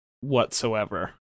whatsoever